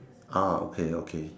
ah okay okay